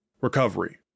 Recovery